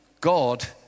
God